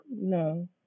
no